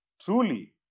truly